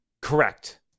Correct